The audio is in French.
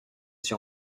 sur